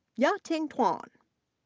ya-ting tuan,